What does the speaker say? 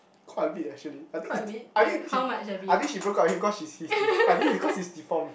quite a bit eh actually a bit I think he I think he I think she broke up with him cause she he's de~ I think he cause he's deformed